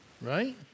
Right